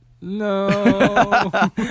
no